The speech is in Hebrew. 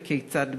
וכיצד,